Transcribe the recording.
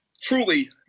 truly